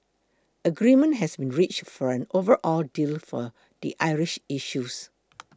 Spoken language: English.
agreement has been reached for an overall deal for the Irish issues